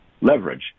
leverage